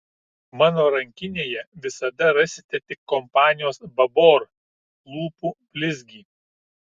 mano rankinėje visada rasite tik kompanijos babor lūpų blizgį